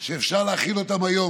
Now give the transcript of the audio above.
שאפשר להחיל אותם היום,